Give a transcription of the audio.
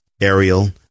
Ariel